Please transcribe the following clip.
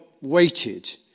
Waited